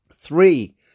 Three